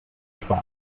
spaß